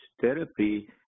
therapy